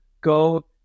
go